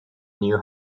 knew